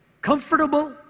comfortable